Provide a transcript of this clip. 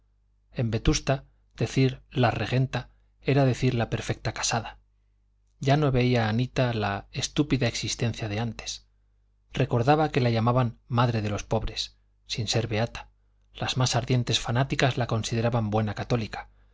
en vetusta decir la regenta era decir la perfecta casada ya no veía anita la estúpida existencia de antes recordaba que la llamaban madre de los pobres sin ser beata las más ardientes fanáticas la consideraban buena católica